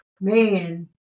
man